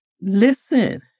Listen